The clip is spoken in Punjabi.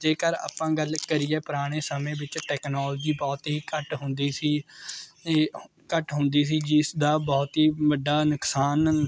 ਜੇਕਰ ਆਪਾਂ ਗੱਲ ਕਰੀਏ ਪੁਰਾਣੇ ਸਮੇਂ ਵਿੱਚ ਟੈਕਨੋਲਜੀ ਬਹੁਤ ਹੀ ਘੱਟ ਹੁੰਦੀ ਸੀ ਅਤੇ ਅ ਘੱਟ ਹੁੰਦੀ ਸੀ ਜਿਸ ਦਾ ਬਹੁਤ ਹੀ ਵੱਡਾ ਨੁਕਸਾਨ